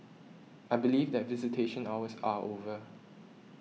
I believe that visitation hours are over